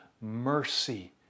mercy